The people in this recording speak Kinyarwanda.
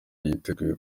yiteguye